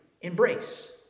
Embrace